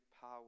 power